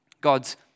God's